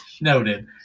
noted